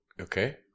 Okay